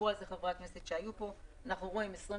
חברי הכנסת שהיו פה 27%